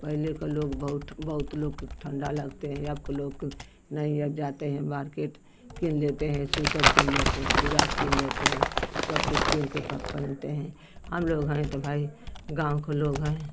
पहले के लोग बहुत बहुत लोग के ठंडा लगते हैं अब के लोग के नहीं अब जाते हैं मार्केट किन लेते हैं स्विटर किन लेते हैं जुराब किन लेते हैं सब कुछ किनके कब पहनते हैं हम लोग हैं तो भई गाँव के लोग हैं